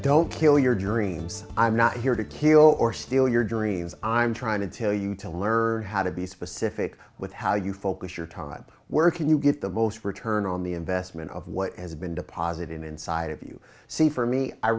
don't kill your dreams i'm not here to kill or steal your dreams i'm trying to tell you to learn how to be specific with how you focus your time working you get the most return on the investment of what has been deposited inside of you see for me i